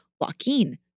Joaquin